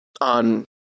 on